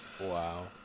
Wow